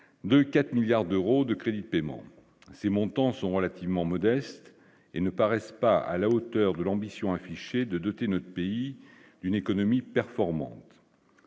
2 4 milliards d'euros de crédits de paiement ces montants sont relativement modestes et ne paraissent pas à la hauteur de l'ambition affichée de doter notre pays d'une économie performante.